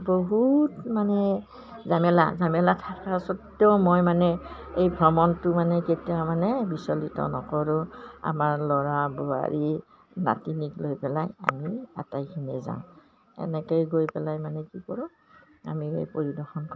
বহুত মানে ঝামেলা ঝামেলা থকাৰ স্বত্বও মই মানে এই ভ্ৰমণটো মানে কেতিয়াও মানে বিচলিত নকৰোঁ আমাৰ ল'ৰা বোৱাৰী নাতিনীক লৈ পেলাই আমি আটাইখিনি যাওঁ এনেকৈ গৈ পেলাই মানে কি কৰোঁ আমি এই পৰিদৰ্শন কৰোঁ